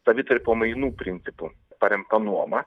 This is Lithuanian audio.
savitarpio mainų principu paremta nuoma